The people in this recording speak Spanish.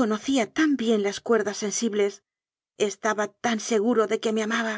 conocía tan bien las cuerdas sensibles estaba tan seguro de que me amaba